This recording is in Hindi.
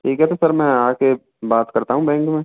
ठीक है तो सर मैं आके बात करता हूँ बैंक में